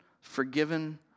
forgiven